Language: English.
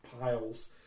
piles